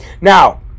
Now